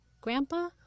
grandpa